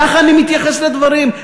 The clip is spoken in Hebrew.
כך אני מתייחס לדברים,